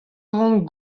ran